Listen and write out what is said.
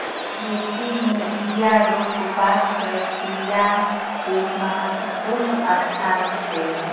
खेती में बिया रोपबाक प्रक्रिया के महत्वपूर्ण स्थान छै